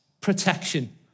protection